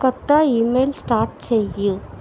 కొత్త email start చెయ్యి